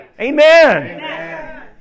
amen